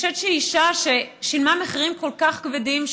אני חושבת שהיא אישה ששילמה מחירים כל כך כבדים,